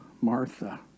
Martha